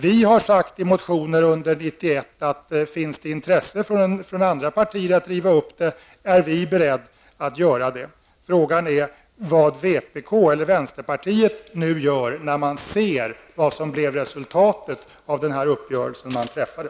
Vi har sagt i motioner under 1991 att om det finns intresse från andra partier att riva upp det är vi beredda att göra det. Frågan är vad vänsterpartiet nu gör när man ser vad resultatet blev av den uppgörelsen man träffade.